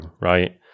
right